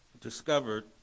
discovered